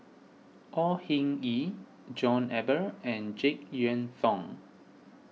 Au Hing Yee John Eber and Jek Yeun Thong